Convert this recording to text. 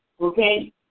okay